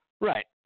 Right